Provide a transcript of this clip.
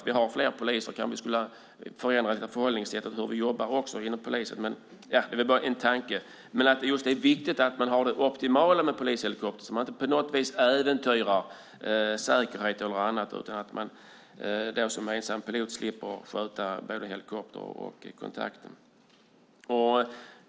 Vi har ju fler poliser nu och då kanske vi skulle förändra förhållningssättet beträffande hur man jobbar inom polisen. Nå, det var bara en tanke. Det viktiga är att ta vara på detta optimalt och inte på något sätt äventyra säkerheten. Det bästa vore om piloten inte behövde sköta både helikoptern och kontakten med marken.